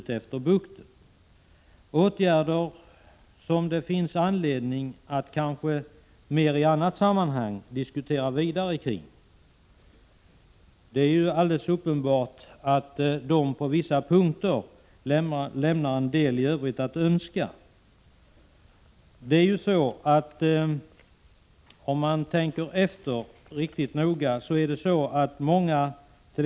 Det är fråga om åtgärder som det kanske finns anledning att diskutera vidare i annat sammanhang. Det är alldeles uppenbart att dessa på vissa punkter lämnar en hel del övrigt att önska.